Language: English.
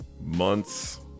months